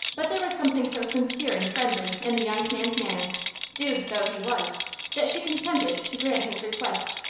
but there was something so sincere and friendly in the young man's manner dude though he was that she consented to grant his request.